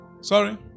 Sorry